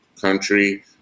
country